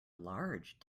large